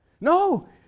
No